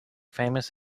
famous